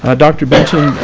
ah dr. benson,